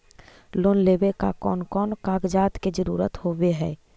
Loan लेबे ला कौन कौन कागजात के जरुरत होबे है?